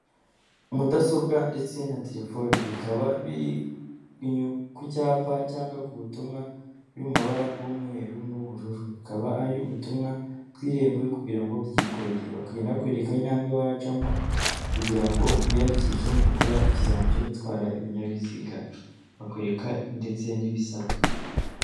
Mudasobwa ndetse na telefone bikaba biri ku cyapa cyangwa ku butumwa biri mu mabara y'umweru n'ubururu, haba hari ubutumwa bw'irembo kugira ngo byikorere bakwi kwereka intambwe wacamo kugira ngo wiyandikishe mu gukora ikizamini cyo gutwara ibinyabiziga bakwereka ndetse n'ibisabwa.